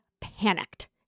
panicked